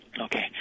Okay